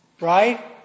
right